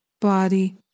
body